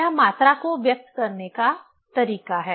यह मात्रा को व्यक्त करने का तरीका है